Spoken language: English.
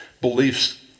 beliefs